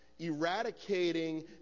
eradicating